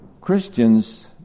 Christians